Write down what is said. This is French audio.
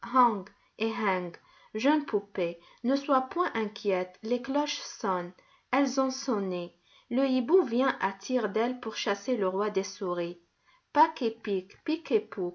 jeune poupée ne sois point inquiète les cloches sonnent elles ont sonné le hibou vient à tire-d'aile pour chasser le roi des souris